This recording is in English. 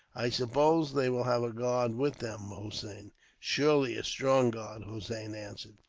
i suppose they will have a guard with them, hossein? surely, a strong guard, hossein answered.